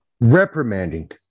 reprimanding